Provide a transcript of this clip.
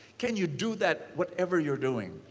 can you do that whatever you're doing?